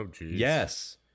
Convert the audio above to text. Yes